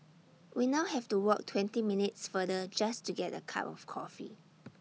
we now have to walk twenty minutes further just to get A cup of coffee